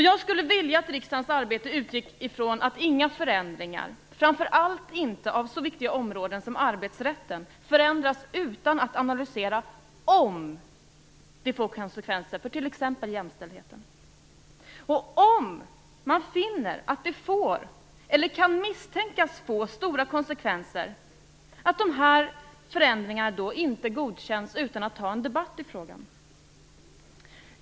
Jag skulle vilja att riksdagens arbete utgick från att inga förändringar, framför allt inte av så viktiga områden som arbetsrätten, gjordes utan att man analyserar om det får konsekvenser för t.ex. jämställdheten. Om man finner att det får eller kan misstänkas få stora konsekvenser bör de här förändringarna inte godkännas utan att man har en debatt i frågan.